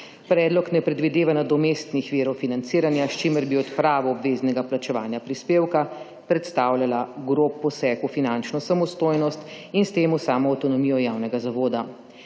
Predlog ne predvideva nadomestnih virov financiranja, s čimer bi odprava obveznega plačevanja prispevka predstavljala grob poseg v finančno samostojnost in s tem v samo avtonomijo javnega zavoda.